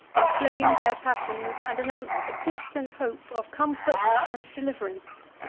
inflamed their passions, and announced a distant hope of comfort and deliverance.